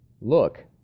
look